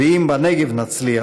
ואם בנגב נצליח,